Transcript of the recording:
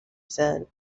said